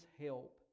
help